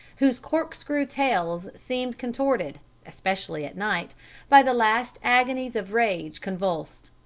whose corkscrew tails seemed contorted especially at night by the last agonies of rage convulsed.